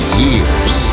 years